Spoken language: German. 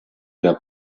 der